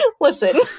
Listen